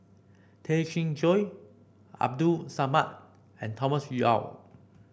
Tay Chin Joo Abdul Samad and Thomas Yeo